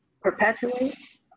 perpetuates